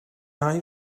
eye